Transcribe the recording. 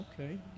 okay